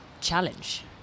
challenge